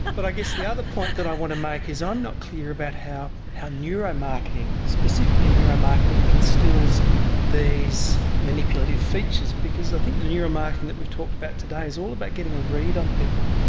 but i guess the other point that i want to make is i'm not clear about how how neuromarketing, specifically neuromarketing instils these manipulative features because i think the neuromarketing that we've talked about today is all about getting a read on people.